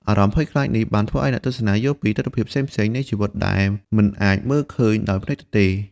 អារម្មណ៍ភ័យខ្លាចនេះបានធ្វើឲ្យអ្នកទស្សនាយល់ពីទិដ្ឋភាពផ្សេងៗនៃជីវិតដែលមិនអាចមើលឃើញដោយភ្នែកទទេ។